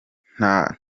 nta